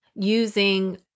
Using